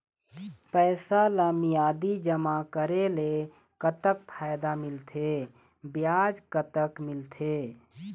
पैसा ला मियादी जमा करेले, कतक फायदा मिलथे, ब्याज कतक मिलथे?